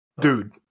Dude